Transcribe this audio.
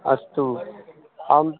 अस्तु आम्